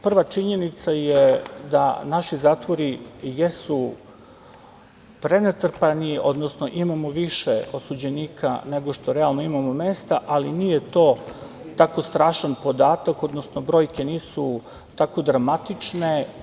Prva činjenica je da naši zatvori jesu prenatrpani, odnosno imamo više osuđenika nego što realno imamo mesta, ali nije to tako strašan podatak, odnosno brojke nisu tako dramatične.